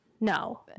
No